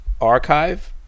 Archive